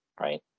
right